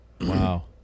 Wow